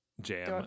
jam